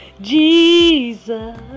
Jesus